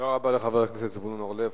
תודה רבה לחבר הכנסת זבולון אורלב.